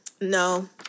No